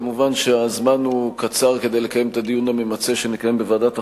מובן שהזמן קצר מכדי לקיים את הדיון הממצה שנקיים בוועדת החוקה,